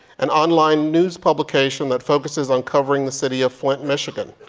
an online news publication that focuses on covering the city of flint, michigan.